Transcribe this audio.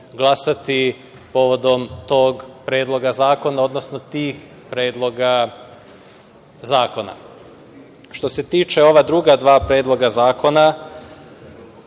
glasati povodom tog Predloga zakona, odnosno tih predloga zakona. Što se tiče ova druga dva predloga zakona,